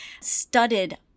studded